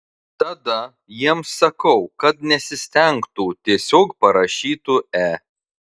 tada jiems sakau kad nesistengtų tiesiog parašytų e